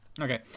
Okay